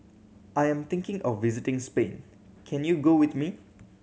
I am thinking of visiting Spain can you go with me